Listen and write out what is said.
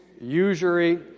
usury